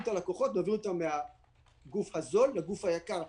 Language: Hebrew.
את הלקוחות ומעבירים אותם מהגוף הזול לגוף היקר.